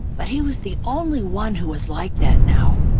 but he was the only one who was like that now.